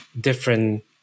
different